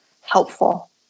helpful